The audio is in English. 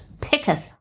picketh